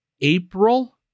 April